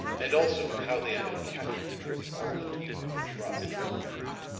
and also of how they had been captured and nearly all but hume were tried and convicted?